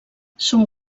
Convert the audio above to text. són